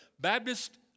Baptist